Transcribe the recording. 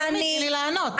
תני לי לענות.